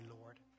Lord